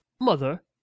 Mother